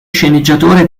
sceneggiatore